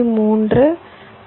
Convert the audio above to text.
3 மற்றும் 0